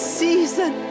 season